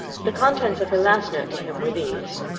the contents of her last note to him were these